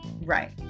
Right